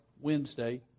Wednesday